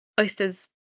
Oysters